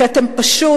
כי אתם פשוט,